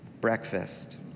breakfast